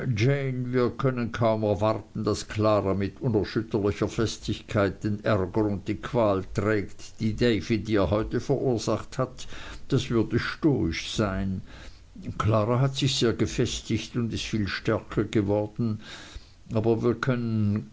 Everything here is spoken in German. wir können kaum erwarten daß klara mit unerschütterlicher festigkeit den ärger und die qual trägt die david ihr heute verursacht hat das würde stoisch sein klara hat sich sehr gefestigt und ist viel stärker geworden aber wir können